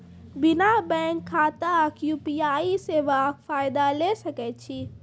बिना बैंक खाताक यु.पी.आई सेवाक फायदा ले सकै छी?